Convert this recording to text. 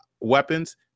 weapons